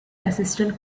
assistant